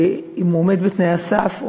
אם הוא עומד בתנאי הסף,